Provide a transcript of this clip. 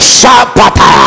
Shabata